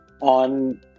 on